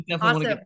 awesome